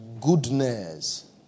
goodness